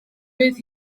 fydd